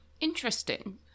interesting